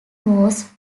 was